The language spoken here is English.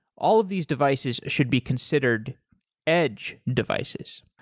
all of these devices should be considered edge devices.